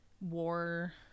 war